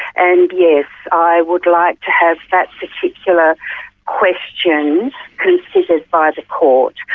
and yes, i would like to have that particular question considered by the court,